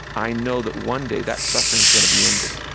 i know that, one day, that suffering's going to be ended.